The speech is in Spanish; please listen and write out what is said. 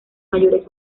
mayores